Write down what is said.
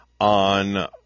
on